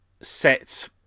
set